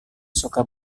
suka